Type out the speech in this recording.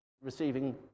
receiving